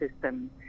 system